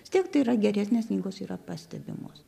vis tiek tai yra geresnės knygos yra pastebimos